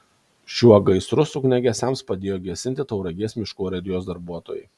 šiuo gaisrus ugniagesiams padėjo gesinti tauragės miškų urėdijos darbuotojai